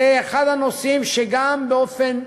זה אחד הנושאים שגם באופן מאוד,